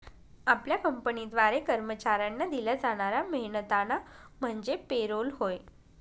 आपल्या कंपनीद्वारे कर्मचाऱ्यांना दिला जाणारा मेहनताना म्हणजे पे रोल होय